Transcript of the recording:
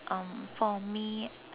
um for me